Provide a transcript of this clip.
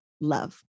love